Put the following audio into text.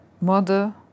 mother